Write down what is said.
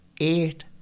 eight